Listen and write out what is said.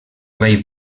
rei